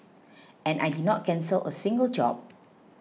and I did not cancel a single job